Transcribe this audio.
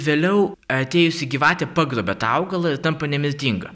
vėliau atėjusi gyvatė pagrobia tą augalą ir tampa nemirtinga